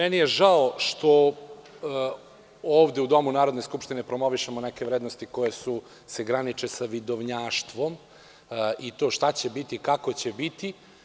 Žao mi je što ovde u Domu Narodne skupštine promovišemo neke vrednosti koje se graniče sa vidovnjaštvom i to šta će biti, kako će biti.